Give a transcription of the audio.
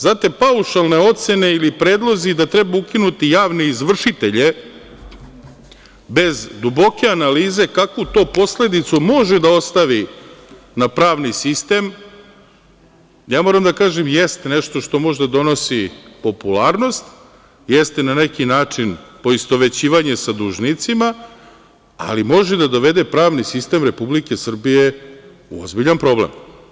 Znate, paušalne ocene ili predlozi da treba ukinuti javne izvršitelje bez duboke analize kakvu to posledicu može da ostavi na pravni sistem, moram da kažem – jeste nešto što možda donosi popularnost, jeste, na neki način, poistovećivanje sa dužnicima, ali može da dovede pravni sistem Republike Srbije u ozbiljan problem.